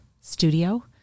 studio